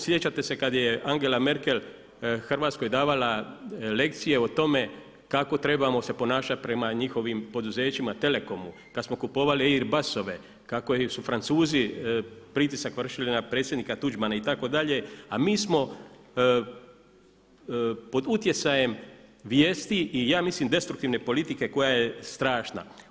Sjećate se kada je Angela Merkel Hrvatskoj davala lekcije o tome kako trebamo se ponašati prema njihovim poduzećima, Telekomu, kada smo kupovali Airbusove, kako su Francuzi pritisak vršili na predsjednika Tuđmana itd., a mi smo pod utjecajem vijesti i ja mislim destruktivne politike koja je strašna.